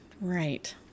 Right